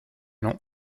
non